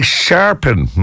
Sharpen